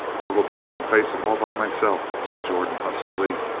i'll go back and face him all by myself, said jordan huskily.